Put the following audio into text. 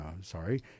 sorry